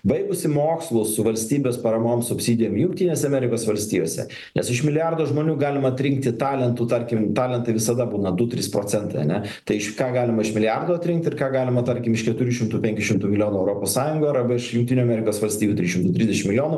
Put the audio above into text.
baigusi mokslus su valstybės paramom subsidijom jungtinėse amerikos valstijose nes iš milijardo žmonių galima atrinkti talentų tarkim talentai visada būna du trys procentai ane tai iš ką galima iš milijardo atrinkt ir ką galima tarkim iš keturių šimtų penkių šimtų milijonų europos sąjungoj ir arba iš jungtinių amerikos valstijų trys šimtai trisdešim milijonų